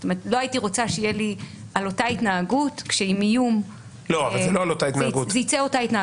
לא הייתי רוצה שעל איום זה יצא אותה התנהגות.